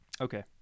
Okay